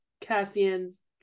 cassian's